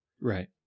Right